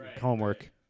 homework